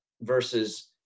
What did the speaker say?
versus